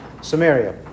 Samaria